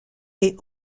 est